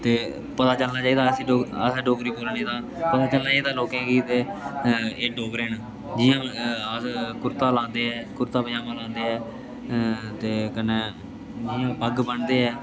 ते पता चलना चाहिदा ऐसी अस डोगरी बोलने दा पता चलना चाहिदा लोकें गी एह् डोगरे न जियां अस कुर्ता लांदे ऐ कुर्ता पजांमा लांदे ऐ ते कन्नै जियां पग्ग बनदे ऐ